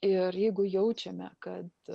ir jeigu jaučiame kad